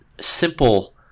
simple